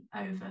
over